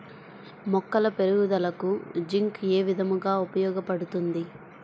మొక్కల పెరుగుదలకు జింక్ ఏ విధముగా ఉపయోగపడుతుంది?